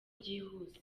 byihuse